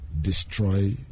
destroy